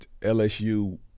LSU